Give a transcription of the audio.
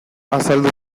azaldu